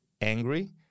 angry